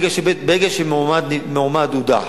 ברגע שמועמד הודח,